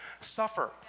suffer